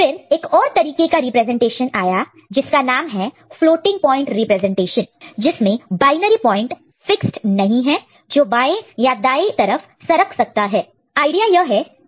फिर एक और तरीके का रिप्रेजेंटेशन आया जिसका नाम है फ्लोटिंग प्वाइंट रिप्रेजेंटेशन जिसमें बायनरी पॉइंट फिक्सड नहीं है जो बाएं लेफ्ट left या दाएं राइट right तरफ सरक मूव move सकता है